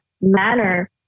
manner